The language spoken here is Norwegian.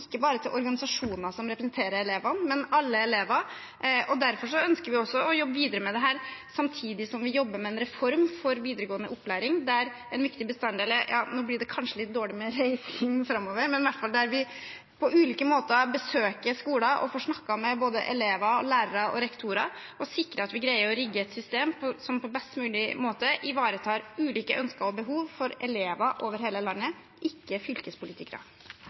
bare til organisasjoner som representerer elevene, men til alle elever. Derfor ønsker vi også å jobbe videre med dette, samtidig som vi jobber med en reform for videregående opplæring der en viktig bestanddel er – ja, nå blir det kanskje litt dårlig med reising framover, men der vi i hvert fall på ulike måter besøker skoler og får snakket med både elever, lærere og rektorer, og sikrer at vi greier å rigge et system som på best mulig måte ivaretar ulike ønsker og behov for elever over hele landet, ikke